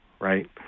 right